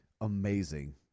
amazing